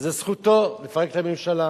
וזו זכותו לפרק את הממשלה.